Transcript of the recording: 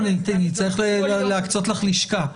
צריך להקצות לך לשכה,